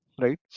Right